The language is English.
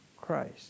Christ